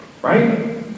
Right